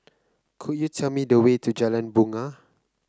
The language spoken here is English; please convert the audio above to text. could you tell me the way to Jalan Bungar